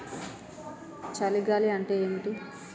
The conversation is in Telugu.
చలి గాలి అంటే ఏమిటి?